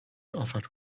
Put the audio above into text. offered